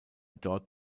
dort